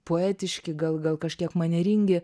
poetiški gal gal kažkiek manieringi